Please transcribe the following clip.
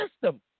system